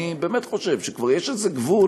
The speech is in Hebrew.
אני באמת חושב שכבר יש איזה גבול,